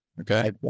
Okay